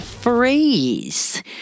phrase